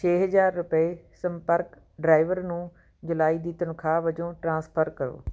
ਛੇ ਹਜ਼ਾਰ ਰੁਪਏ ਸੰਪਰਕ ਡਰਾਈਵਰ ਨੂੰ ਜੁਲਾਈ ਦੀ ਤਨਖਾਹ ਵਜੋਂ ਟ੍ਰਾਂਸਫਰ ਕਰੋ